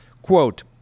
quote